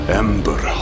ember